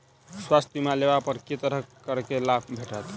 स्वास्थ्य बीमा लेबा पर केँ तरहक करके लाभ भेटत?